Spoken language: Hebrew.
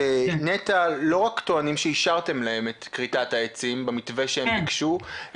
שנת"ע לא רק טוענים שאישרתם להם את כריתת העצים במתווה שהם ביקשו,